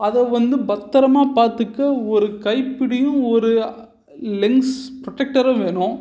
அதை வந்து பத்திரமா பார்த்துக்க ஒரு கைப்பிடியும் ஒரு லென்ஸ் ப்ரொட்டெக்டரும் வேணும்